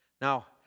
Now